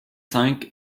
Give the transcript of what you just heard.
cinq